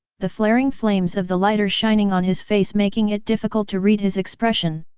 the flaring flames of the lighter shining on his face making it difficult to read his expression.